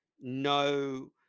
no